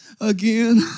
again